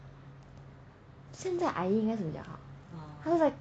现在阿姨应该是比较好她在